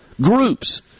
groups